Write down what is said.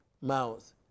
mouth